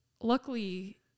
Luckily